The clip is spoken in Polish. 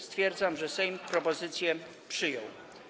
Stwierdzam, że Sejm propozycję przyjął.